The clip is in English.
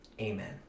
Amen